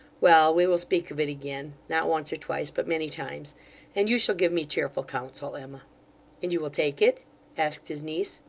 well, we will speak of it again not once or twice, but many times and you shall give me cheerful counsel, emma and you will take it asked his niece.